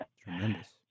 Tremendous